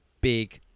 big